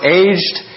aged